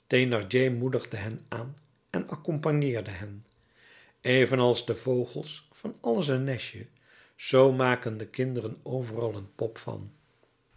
thénardier moedigde hen aan en accompagneerde hen evenals de vogels van alles een nestje zoo maken de kinderen overal een pop van